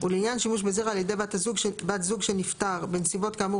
ולעניין שימוש בזרע על ידי בת זוג של נפטר בנסיבות כאמור